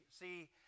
see